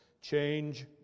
change